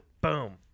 boom